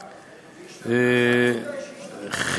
והשתכנעת, תודה שהשתכנעת.